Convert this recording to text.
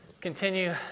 continue